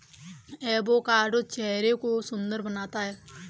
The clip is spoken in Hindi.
एवोकाडो चेहरे को सुंदर बनाता है